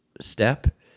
step